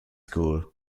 school